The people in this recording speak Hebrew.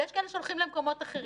ויש כאלה שהולכים למקומות אחרים.